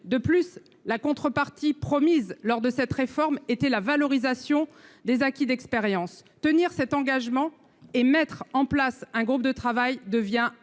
De plus, la contrepartie promise lors de cette réforme était la valorisation des acquis de l’expérience. Tenir cet engagement et mettre en place à cet effet un groupe de travail devient impératif.